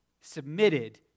submitted